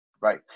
right